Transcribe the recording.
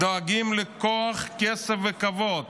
הם דואגים לכוח, כסף וכבוד.